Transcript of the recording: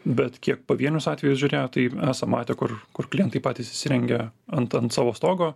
bet kiek pavienius atvejus žiūrėję tai esam matę kur kur klientai patys įsirengia ant ant savo stogo